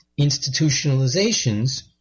institutionalizations